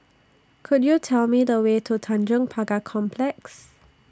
Could YOU Tell Me The Way to Tanjong Pagar Complex